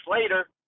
later